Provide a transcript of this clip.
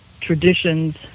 traditions